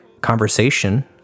conversation